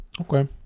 okay